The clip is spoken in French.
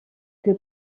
que